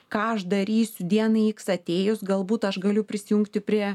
ką aš darysiu dienai iks atėjus galbūt aš galiu prisijungti prie